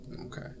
Okay